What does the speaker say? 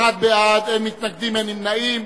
51 בעד, אין מתנגדים, אין נמנעים.